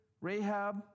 Rahab